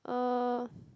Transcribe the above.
uh